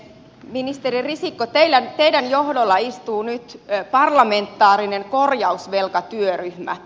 ministeri risikko teidän johdollanne istuu nyt parlamentaarinen korjausvelkatyöryhmä